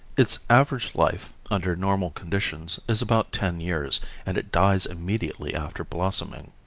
its average life, under normal conditions, is about ten years and it dies immediately after blossoming.